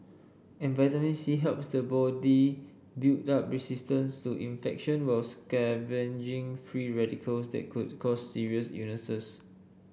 and vitamin C helps the body build up resistance to infection while scavenging free radicals that could cause serious unisys